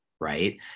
right